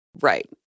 Right